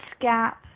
Gap